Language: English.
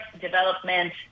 development